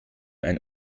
ein